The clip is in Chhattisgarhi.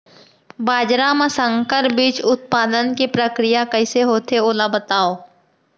बाजरा मा संकर बीज उत्पादन के प्रक्रिया कइसे होथे ओला बताव?